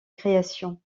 création